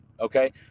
Okay